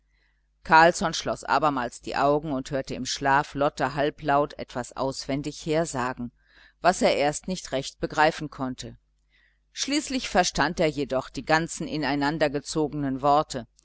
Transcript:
carlsson schloß abermals die augen und hörte im schlaf lotte halblaut etwas auswendig hersagen was er erst nicht recht begreifen konnte schließlich verstand er jedoch die ganz ineinander gezogenen worte